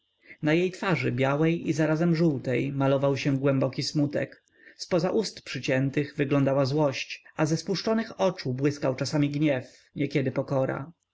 na jej twarzy białej i razem żółtej malował się głęboki smutek zpoza ust przyciętych wyglądała złość a ze spuszczonych oczu błyskał czasami gniew niekiedy pokora